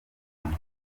ifuni